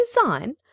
design